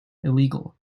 illegal